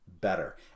better